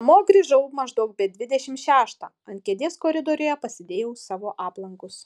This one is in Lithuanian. namo grįžau maždaug be dvidešimt šeštą ant kėdės koridoriuje pasidėjau savo aplankus